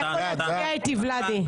אתה יכול להצביע איתי, ולדי.